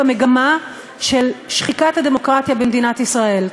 במגמה של שחיקת הדמוקרטיה במדינת ישראל.